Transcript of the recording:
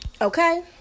Okay